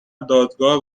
دادگاه